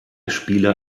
spieler